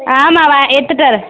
ஆமாவா எடுத்துக்கிட்டு வர்றேன்